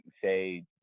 say